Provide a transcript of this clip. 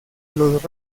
los